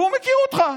והוא מכיר אותך.